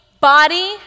body